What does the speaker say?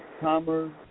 commerce